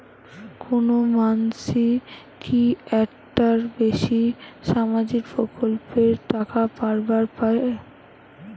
কোনো মানসি কি একটার বেশি সামাজিক প্রকল্পের টাকা পাবার পারে?